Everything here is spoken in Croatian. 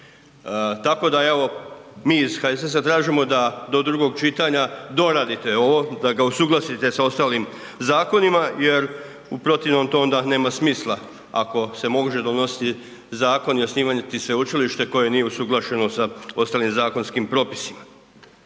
Tako da evo mi iz HSS-a tražimo da do drugog čitanja doradite ovo, da ga usuglasite sa ostalim zakonima jer u protivnom to onda nema smisla ako se može donositi zakon i osnivati sveučilište koje nije usuglašeno sa ostalim zakonskim propisima.